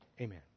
Amen